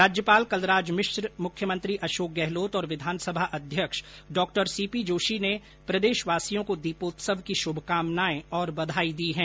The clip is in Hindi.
राज्यपाल कलराज मिश्र मुख्यमंत्री अशोक गहलोत और विधानसभा अध्यक्ष डॉ सीपी जोशी ने प्रदेशवासियों को दीपोत्सव की शुभकामनाएं और बधाई दी हैं